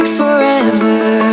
forever